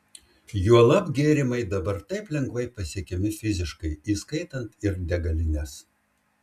juolab gėrimai dabar taip lengvai pasiekiami fiziškai įskaitant ir degalines